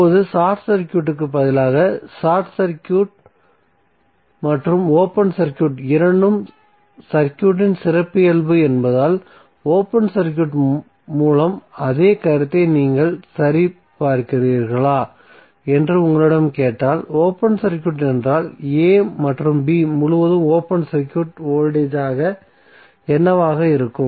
இப்போது ஷார்ட் சர்க்யூட்க்கு பதிலாக ஷார்ட் சர்க்யூட் மற்றும் ஓபன் சர்க்யூட் இரண்டும் சர்க்யூட்டின் சிறப்பியல்பு என்பதால் ஓபன் சர்க்யூட் மூலம் அதே கருத்தை நீங்கள் சரி பார்க்கிறீர்களா என்று உங்களிடம் கேட்கப்பட்டால் ஓபன் சர்க்யூட் என்றால் a மற்றும் b முழுவதும் ஓபன் சர்க்யூட் வோல்டேஜ் என்னவாக இருக்கும்